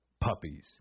puppies